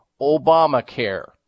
Obamacare